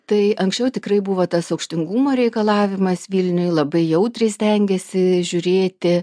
tai anksčiau tikrai buvo tas aukštingumo reikalavimas vilniuj labai jautriai stengėsi žiūrėti